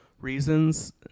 reasons